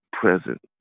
present